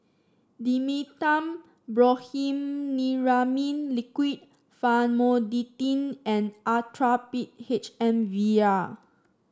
Dimetapp Brompheniramine Liquid Famotidine and Actrapid H M vial